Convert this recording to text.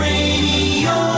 Radio